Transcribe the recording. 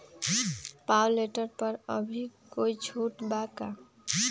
Power tiller पर अभी कोई छुट बा का?